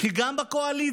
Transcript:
כי גם בקואליציה,